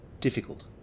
difficult